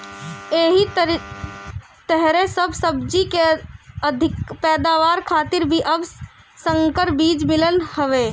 एही तरहे सब सब्जी के अधिका पैदावार खातिर भी अब संकर बीज मिलत हवे